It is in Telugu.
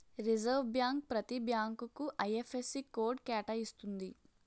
రిజర్వ్ బ్యాంక్ ప్రతి బ్యాంకుకు ఐ.ఎఫ్.ఎస్.సి కోడ్ కేటాయిస్తుంది